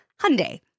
Hyundai